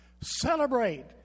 Celebrate